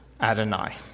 Adonai